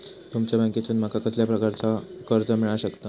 तुमच्या बँकेसून माका कसल्या प्रकारचा कर्ज मिला शकता?